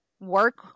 work